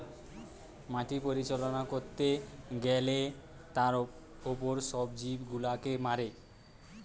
মাটি পরিচালনা করতে গ্যালে তার উপর সব জীব গুলাকে মারে